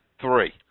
Three